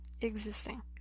existing